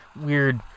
weird